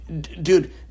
dude